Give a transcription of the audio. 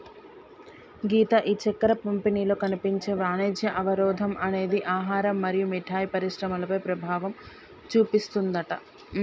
గీత ఈ చక్కెర పంపిణీలో కనిపించే వాణిజ్య అవరోధం అనేది ఆహారం మరియు మిఠాయి పరిశ్రమలపై ప్రభావం చూపిస్తుందట